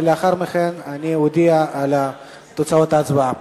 לאחר מכן אודיע על תוצאות ההצבעה.